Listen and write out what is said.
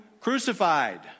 crucified